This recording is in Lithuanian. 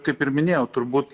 kaip ir minėjau turbūt